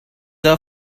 are